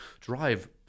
drive